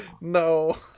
no